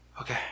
okay